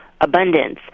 abundance